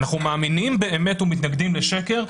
אנחנו מאמינים באמת ומתנגדים לשקר,